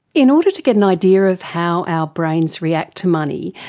in order to get an idea of how our brains react to money,